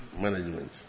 management